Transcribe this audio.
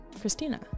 Christina